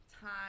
time